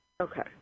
Okay